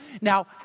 Now